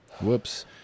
Whoops